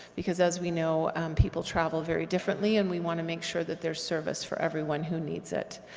because as we know people travel very differently and we want to make sure that there's service for everyone who needs it.